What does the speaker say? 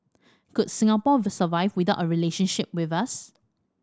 could Singapore survive without a relationship with us